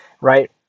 right